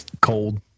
Cold